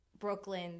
Brooklyn